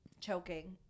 choking